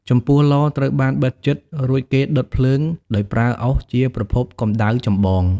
ចំពោះ ឡ ត្រូវបានបិទជិត រួចគេដុតភ្លើងដោយប្រើអុសជាប្រភពកំដៅចម្បង។